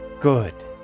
Good